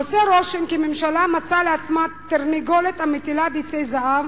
עושה רושם כי הממשלה מצאה לעצמה תרנגולת המטילה ביצי זהב.